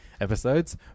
episodes